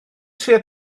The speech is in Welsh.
trio